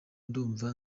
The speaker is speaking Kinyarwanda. ndumva